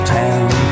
town